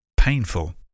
painful